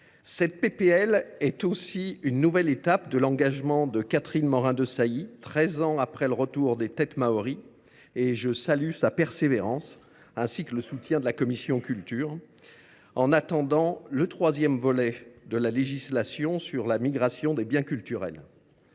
de loi est une nouvelle étape de l’engagement de Catherine Morin Desailly, treize ans après le retour des têtes maories. Je salue sa persévérance, ainsi que le soutien de la commission de la culture, en attendant le troisième volet de la législation sur la migration des biens culturels.